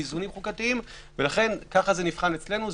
באיזונים חוקתיים ולכן ככה זה נבחן אצלנו.